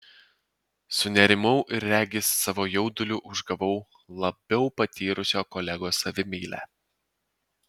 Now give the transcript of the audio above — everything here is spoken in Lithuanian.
sunerimau ir regis savo jauduliu užgavau labiau patyrusio kolegos savimeilę